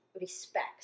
respect